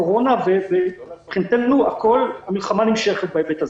קורונה ומבחינתנו כל המלחמה נמשכת בהיבט הזה.